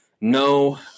No